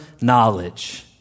knowledge